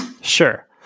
Sure